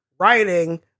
Writing